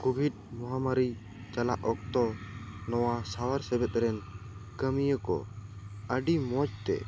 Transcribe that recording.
Covid ᱢᱟᱦᱟᱢᱟᱨᱤ ᱪᱟᱞᱟᱜ ᱚᱠᱛᱚ ᱱᱚᱣᱟ ᱥᱟᱶᱟᱨ ᱥᱮᱵᱮᱫ ᱨᱮᱱ ᱠᱟᱹᱢᱤᱭᱟ ᱠᱚ ᱟᱹᱰᱤ ᱢᱚᱡᱽ ᱛᱮ